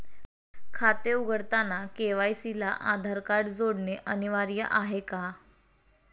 खाते उघडताना के.वाय.सी ला आधार कार्ड जोडणे अनिवार्य आहे का?